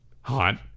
hot